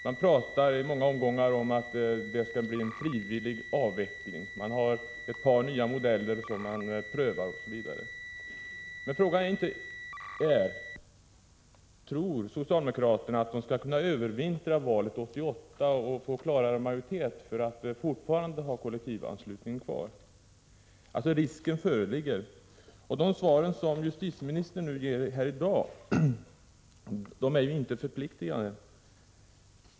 Man pratar i olika omgångar om att det skall bli en frivillig avveckling, man har ett par nya modeller som man prövar osv. Men frågeställningen är: Tror socialdemokraterna att de skall kunna övervintra när det gäller valet 1988 och få klarare majoritet för att ha kollektivanslutningen kvar? Risken föreligger, och de svar som justitieminis — Prot. 1986/87:14 tern gett här i dag är ju inte förpliktigande.